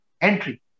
Entry